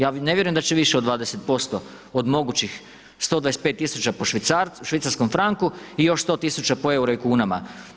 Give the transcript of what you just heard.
Ja ne vjerujem da će više od 20% od mogućih 125 000 po švicarskom franku i još 100 000 po euru i kunama.